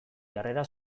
jarrera